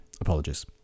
Apologies